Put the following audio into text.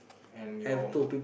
and your